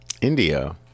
India